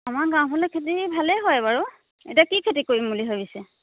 আমাৰ গাঁৱৰফালে খেতি ভালে হয় বাৰু এতিয়া কি খেতি কৰিম বুলি ভাবিছে